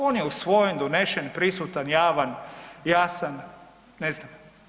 On je usvojen, donesen, prisutan, javan, jasan, ne znam.